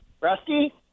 rusty